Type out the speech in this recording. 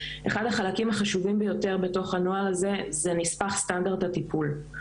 אחד החלקים החשובים ביותר בתוך הנוהל הזה זה נספח סטנדרט הטיפול.